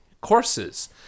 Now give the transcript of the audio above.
courses